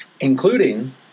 including